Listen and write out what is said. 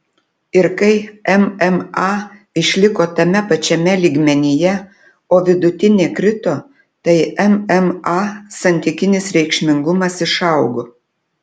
ir kai mma išliko tame pačiame lygmenyje o vidutinė krito tai mma santykinis reikšmingumas išaugo